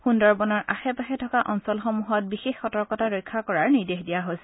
সুন্দৰবনৰ আশেপাশে থকা অঞ্চলসমূহত বিশেষ সতৰ্কতা ৰক্ষা কৰাৰ নিৰ্দেশ দিয়া হৈছে